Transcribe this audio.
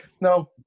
no